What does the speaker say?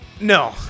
No